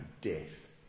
death